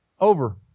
Over